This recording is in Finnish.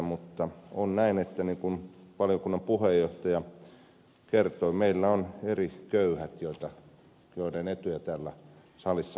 mutta on näin niin kuin valiokunnan puheenjohtaja kertoi että meillä on eri köyhät joiden etuja täällä salissa ajetaan